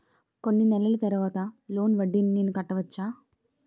కొన్ని నెలల తర్వాత లోన్ వడ్డీని నేను కట్టవచ్చా?